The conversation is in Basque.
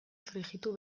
frijitu